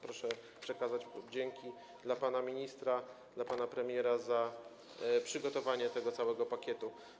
Proszę przekazać dzięki dla pana ministra, dla pana premiera za przygotowanie całego pakietu.